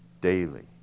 daily